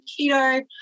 keto